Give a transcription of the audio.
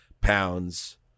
pounds